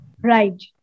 right